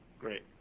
Great